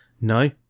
No